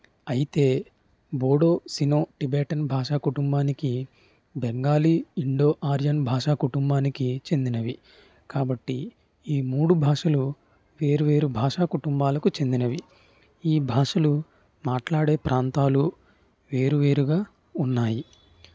అయితే Bodo Sino Tibetan భాషా కుటుంబానికి బెంగాలీ ఇండో ఆర్యన్ భాషా కుటుంబానికి చెందినవి కాబట్టి ఈ మూడు భాషలు వేరు వేరు భాషా కుటుంబాలకు చెందినవి ఈ భాషలు మాట్లాడే ప్రాంతాలు వేరు వేరుగా ఉన్నాయి